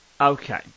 okay